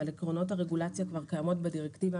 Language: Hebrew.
אבל עקרונות הרגולציה כבר קיימות בדירקטיבה